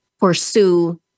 pursue